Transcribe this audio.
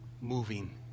moving